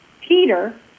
Peter